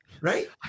right